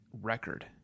record